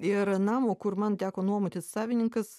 ir namo kur man teko nuomotis savininkas